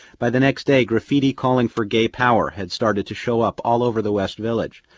by the next day, graffiti calling for gay power had started to show up all over the west village.